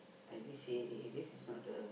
and it say it it is not the